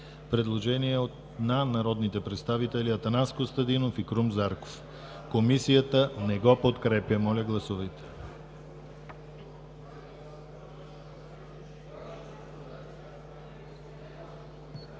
предложение на народните представители Атанас Костадинов и Крум Зарков. Комисията не го подкрепя. Гласували